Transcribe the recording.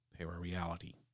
Parareality